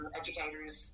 educators